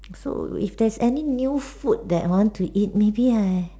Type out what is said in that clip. so if there's any new food that want to eat maybe I